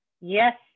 yes